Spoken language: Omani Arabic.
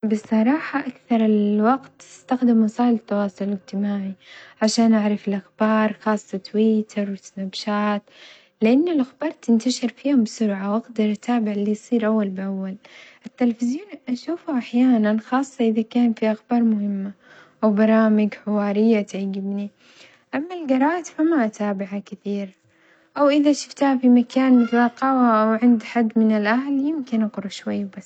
بصراحة أكثر الوقت أستخدم وسائل التواصل الاجتماعي عشان أعرف الأخبار خاصة تويتر وسناب شات لأن الأخبار تنتشر فيهم بسرعة وأقدر اللي يصير أول بأول، التليفيزيون انشوفه أحيانًا خاصة إذا كان في أخبار مهمة أو برامج حوارية تعجبني، أما الجرائد فما أتابعها كثير أو إذا شفتها في مكان كقهوة أو عند حد من الأهل يمكن أقرا شوية وبس.